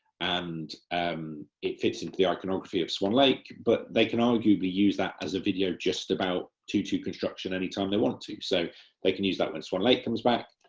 and um it fits into the iconography of swan lake, but they can arguably use that as a video just about tutu construction any time they want to, so they can use that when swan lake comes back,